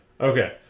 Okay